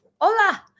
hola